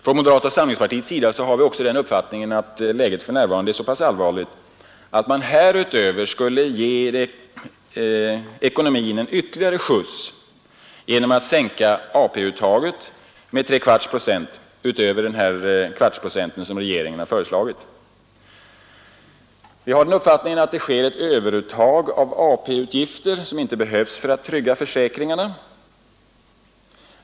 Inom moderata samlingspartiet har vi o läget för närvarande är så allvarligt att man härutöver skulle behöva ge i den uppfattningen att ekonomin en ytterligare skjuts genom att sänka AP-uttaget med tre kvarts procent utöver den kvartsprocent som regeringen har föreslagit att den skall sänkas med. Vi har den uppfattningen att det sker ett överuttag av AP-avgifter, som inte behövs för att trygga fö ringarna.